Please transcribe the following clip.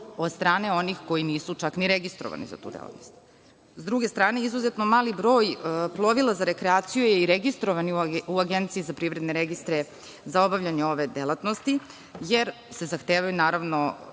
od strane onih koji nisu čak ni registrovani za tu delatnost. Sa druge strane, izuzetno mali broj plovila za rekreaciju je registrovan u Agenciji za privredne registre za obavljanje ove delatnosti jer se zahteva ispunjavanje